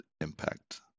impact